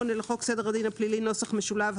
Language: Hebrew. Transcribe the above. לחוק סדר הדין הפלילי [נוסח משולב],